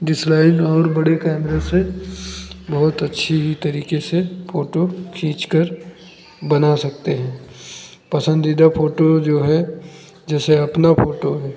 decline और बड़े कैमरे से बहुत अच्छी तरीके से फ़ोटो खींचकर बना सकते हैं पसंदीदा फ़ोटो जो है जैसे अपना फ़ोटो है